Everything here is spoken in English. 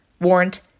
warrant